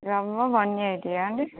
రౌ one ఎయిటీయా అండి